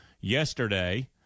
yesterday